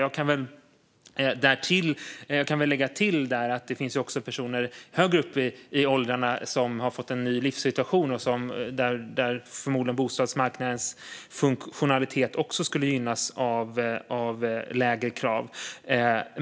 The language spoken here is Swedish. Jag kan lägga till att det finns personer högre upp i åldrarna som fått en ny livssituation som förmodligen också skulle gynnas av lägre krav på bostadsmarknadens funktionalitet.